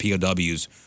POWs